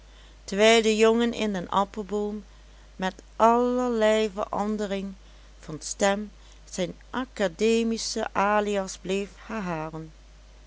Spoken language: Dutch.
de jongen in den appelboom met allerlei verandering van stem zijn academischen alias bleef herhalen